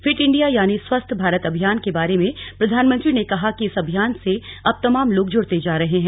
fit India यानी स्वस्थ भारत अभियान के बारे में प्रधानमंत्री ने कहा कि इस अभियान से अब तमाम लोग जुड़ते जा रहे हैं